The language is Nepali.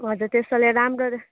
हजुर त्यस्तोले राम्रो